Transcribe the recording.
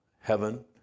heaven